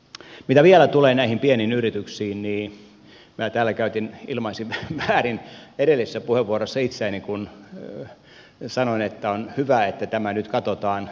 mitä vielä tulee näihin pieniin yrityksiin niin minä täällä ilmaisin väärin edellisessä puheenvuorossa itseäni kun sanoin että on hyvä että tämä nyt katsotaan